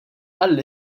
għall